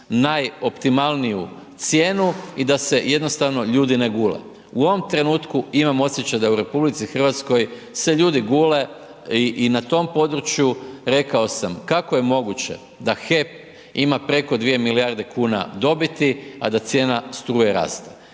najoptimalniju cijenu i da se jednostavno ljudi ne gule. U ovom trenutku imam osjećaj da u RH se ljudi gule i na tom području, rekao sam, kako je moguće da HEP ima preko 2 milijarde kuna dobiti, a da cijena struje raste.